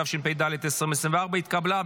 התשפ"ד 2024 נתקבל.